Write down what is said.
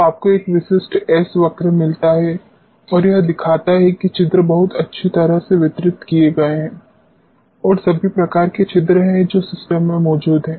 तो आपको एक विशिष्ट s वक्र मिलता है और यह दिखाता है कि छिद्र बहुत अच्छी तरह से वितरित किए गए हैं और सभी प्रकार के छिद्र हैं जो सिस्टम में मौजूद हैं